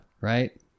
Right